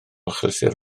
achlysur